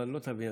אבל לא תבין,